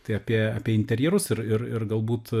tai apie apie interjerus ir ir ir galbūt